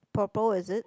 purple is it